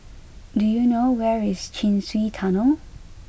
do you know where is Chin Swee Tunnel